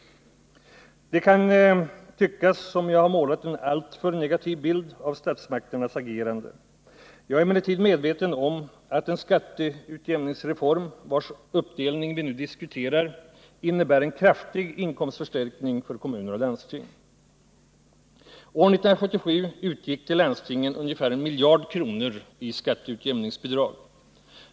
Det kan tyckas som om jag har målat en alltför negativ bild av statsmakternas agerande. Jag är emellertid medveten om att den skatteutjämningsreform vars uppdelning vi nu diskuterar innebär en kraftig inkomstförstärkning för kommuner och landsting. År 1977 utgick till landstingen ungefär 1 miljard kronor i skatteutjämningsbidrag.